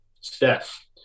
Steph